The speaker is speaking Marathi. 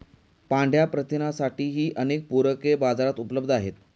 पांढया प्रथिनांसाठीही अनेक पूरके बाजारात उपलब्ध आहेत